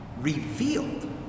revealed